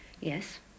Yes